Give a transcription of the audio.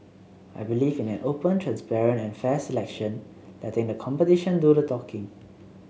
I believe in an open transparent and fair selection letting the competition do the talking